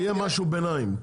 יהיה משהו ביניים.